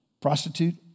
prostitute